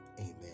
amen